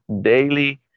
daily